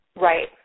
Right